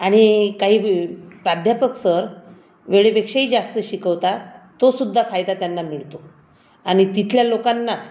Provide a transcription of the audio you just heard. आणि काही प्राध्यापक सर वेळेपेक्षाही जास्त शिकवतात तो सुद्धा फायदा त्यांना मिळतो आणि तिथल्या लोकांनाच